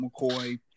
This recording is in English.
McCoy